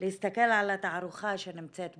להסתכל על התערוכה שנמצאת בחוץ.